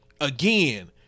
Again